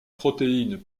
protéines